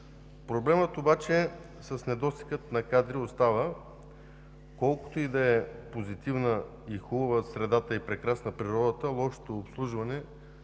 Проблемът с недостига на кадри обаче остава. Колкото и да е позитивна и хубава средата, и прекрасна природата лошото обслужване